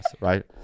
right